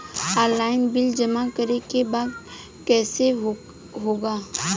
Online bill जमा करे के बा कईसे होगा?